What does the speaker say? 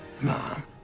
Mom